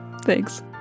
thanks